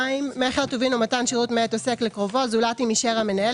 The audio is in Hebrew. מכר טובין או מתן שירות מאת עוסק לקרובו זולת אם אישר המנהל,